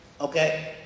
okay